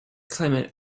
clement